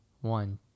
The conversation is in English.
one